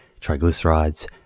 triglycerides